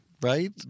Right